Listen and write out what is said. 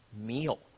meal